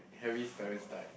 Harry's parents died